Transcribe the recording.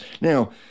Now